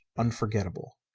unforgettable.